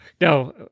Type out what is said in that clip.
No